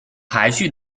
排序